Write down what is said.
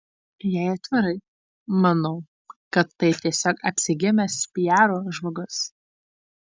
jei atvirai manau kad tai tiesiog apsigimęs piaro žmogus